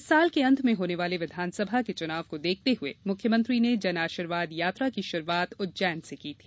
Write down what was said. इस साल के अंत में होने वाले विधानसभा के चुनाव को देखते हुए मुख्यमंत्री ने जनआशीर्वाद की शुरूआत उज्जैन से की थी